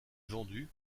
vendu